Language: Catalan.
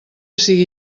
sigui